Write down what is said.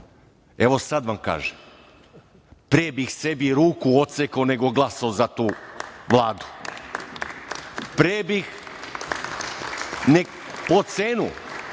Evo, sad vam kažem - pre bih sebi ruku odsekao nego glasao za tu Vladu, pre bih, po cenu